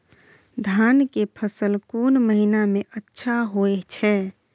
धान के फसल कोन महिना में अच्छा होय छै?